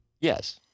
Yes